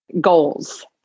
goals